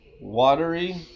watery